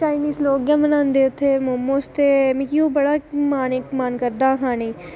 Chinese लोक गै बनांदे उत्थै ते मिगी ओह् बड़ा मन करदा हा खानै गी